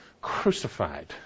crucified